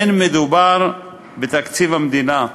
אין מדובר בתקציב המדינה,